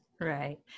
Right